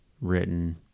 written